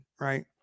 right